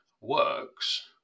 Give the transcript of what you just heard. works